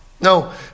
No